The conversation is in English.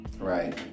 Right